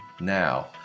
now